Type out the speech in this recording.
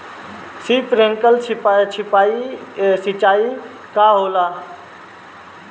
Sprinkler सिंचाई का होला?